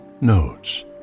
notes